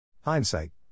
Hindsight